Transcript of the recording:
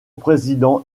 président